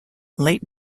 late